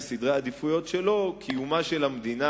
שבסדרי העדיפויות שלו עדיין קיומה של המדינה,